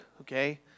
Okay